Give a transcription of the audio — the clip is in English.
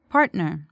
Partner